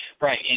Right